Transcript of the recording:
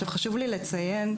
חשוב לי לציין,